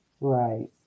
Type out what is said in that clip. Right